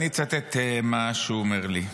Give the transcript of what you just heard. אני אצטט מה שהוא אמר לי.